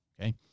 okay